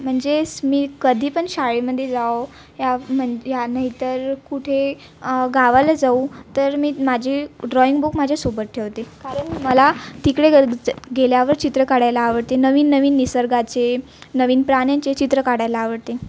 म्हणजेच मी कधी पण शाळेमध्ये जाओ या म्हं या नाही तर कुठे गावाला जाऊ तर मी माजी ड्रॉईंग बुक माझ्यासोबत ठेवते कारण मला तिकडे गे च गेल्यावर चित्र काढायला आवडते नवीन नवीन निसर्गाचे नवीन प्राण्यांचे चित्र काढायला आवडते